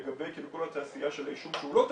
לגבי כל התעשייה של העישון שהוא לא טבק,